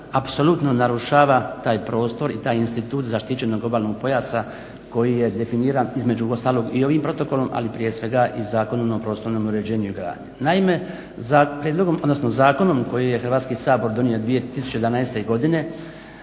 apsolutno narušava taj prostor i taj institut zaštićenog obalnog pojasa koji je definiran između ostalog i ovim protokolom, ali prije svega i Zakonom o prostornom uređenju i gradnji. Naime prijedlogom, odnosno zakonom koji je Hrvatski sabor donio 2011. godine